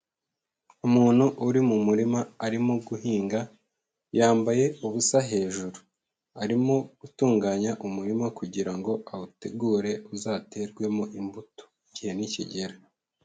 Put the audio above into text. Umuntu uri mu murima arimo guhinga, yambaye ubusa hejuru, arimo gutunganya umurima kugira ngo awutegure uzaterwemo imbuto, igihe nikigera.